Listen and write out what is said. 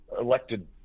elected